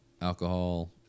alcohol